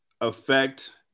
affect